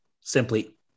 simply